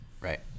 Right